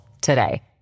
today